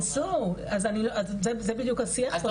זה בדיוק השיח.